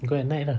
go at night lah